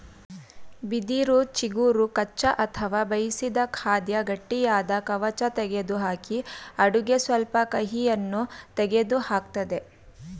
ಬಿದಿರು ಚಿಗುರು ಕಚ್ಚಾ ಅಥವಾ ಬೇಯಿಸಿದ ಖಾದ್ಯ ಗಟ್ಟಿಯಾದ ಕವಚ ತೆಗೆದುಹಾಕಿ ಅಡುಗೆ ಸ್ವಲ್ಪ ಕಹಿಯನ್ನು ತೆಗೆದುಹಾಕ್ತದೆ